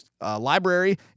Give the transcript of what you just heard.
Library